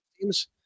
teams